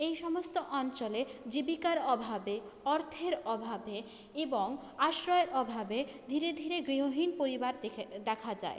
এই সমস্ত অঞ্চলে জীবিকার অভাবে অর্থের অভাবে এবং আশ্রয়ের অভাবে ধীরে ধীরে গৃহহীন পরিবার দেখে দেখা যায়